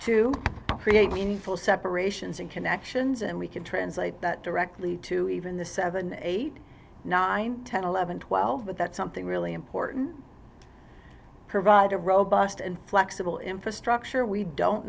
to create meaningful separations and connections and we can translate that directly to even the seven eight nine ten eleven twelve but that's something really important provide a robust and flexible infrastructure we don't